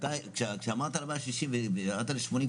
כשאמרת על 160 וירדת ל-80,